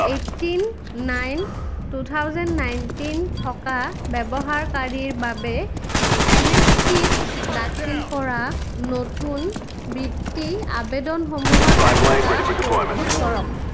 eighteen nine two thousand nineteen থকা ব্যৱহাৰকাৰীৰ বাবে এন এছ পিত দাখিল কৰা নতুন বৃত্তি আবেদনসমূহৰ তালিকা প্ৰস্তুত কৰক